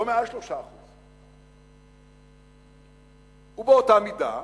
לא מעל 3%. ובאותה מידה,